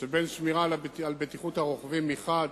שבין שמירה על בטיחות הרוכבים מחד